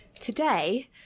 Today